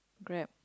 grab